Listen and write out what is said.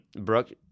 Brooke